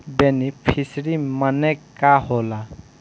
Beneficiary मने का होला?